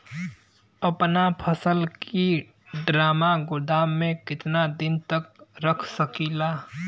अपना फसल की ड्रामा गोदाम में कितना दिन तक रख सकीला?